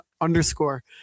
underscore